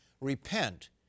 Repent